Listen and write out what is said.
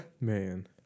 Man